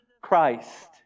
Christ